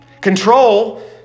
control